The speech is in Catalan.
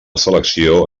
selecció